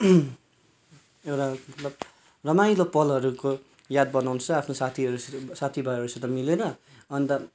एउटा मतलब रमाइलो पलहरूको याद बनाउनु छ आफ्नो साथीहरूसित साथीभाइहरूसित मिलेर अन्त